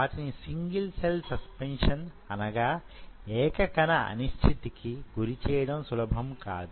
వాటిని single cell suspension అనగా ఏకకణ అనిశ్చితికి గురిచేయడం సులభం కాదు